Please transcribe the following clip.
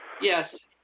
yes